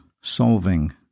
solving